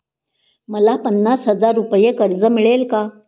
मला पन्नास हजार रुपये कर्ज मिळेल का?